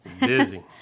busy